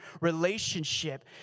relationship